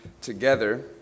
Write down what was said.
together